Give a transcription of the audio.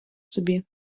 собі